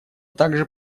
также